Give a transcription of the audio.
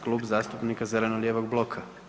Klub zastupnika zeleno-lijevog bloka.